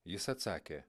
jis atsakė